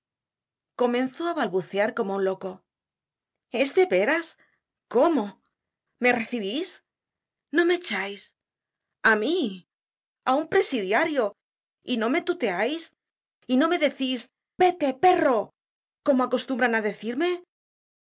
comenzó á balbucear como un loco es de veras cómo me recibis no me echais á mí á un presidiario y no me tuteais y no me decís vete perro como acostumbran á decirme